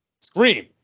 Scream